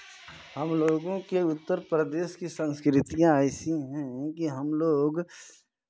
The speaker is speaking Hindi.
हम लोगों के उत्तर प्रदेश की संस्कृतियाँ ऐसी हैं कि हम लोग